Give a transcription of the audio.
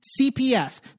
CPS